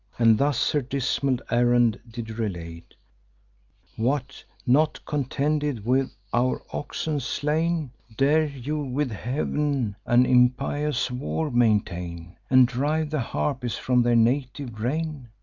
and thus her dismal errand did relate what! not contented with our oxen slain, dare you with heav'n an impious war maintain, and drive the harpies from their native reign?